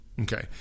okay